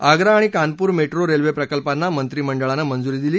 आग्रा आणि Kanpur metro railway प्रकल्पाना मंत्रिमंडळानं मंजूरी दिली